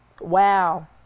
Wow